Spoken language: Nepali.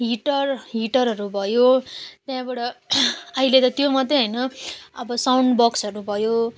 हिटर हिटरहरू भयो त्यहाँबाट अहिले त त्यो मात्र होइन अब साउन्ड बक्सहरू भयो